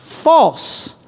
false